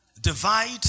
divide